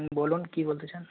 হুম বলুন কী বলছেন